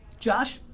josh?